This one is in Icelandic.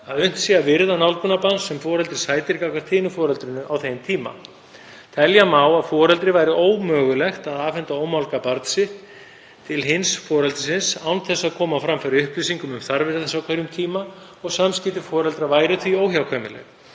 að unnt sé að virða nálgunarbann sem foreldri sætir gagnvart hinu foreldrinu á þeim tíma. Telja má að foreldri væri ómögulegt að afhenda ómálga barn sitt til hins foreldrisins án þess að koma á framfæri upplýsingum um þarfir þess á hverjum tíma og samskipti foreldra því óhjákvæmileg,